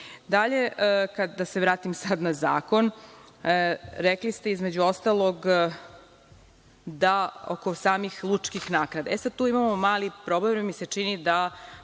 tome. Dalje, da se vratim sada na zakon. Rekli ste, između ostalog, oko samih lučkih naknada. Tu sada imamo mali problem, jer mi se čini da